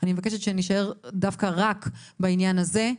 אני מבקשת שנישאר רק בעניין הזה.